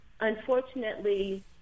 unfortunately